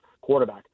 quarterback